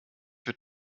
wird